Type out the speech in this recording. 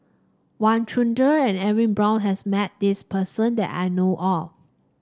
Wang Chunde and Edwin Brown has met this person that I know of